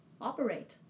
operate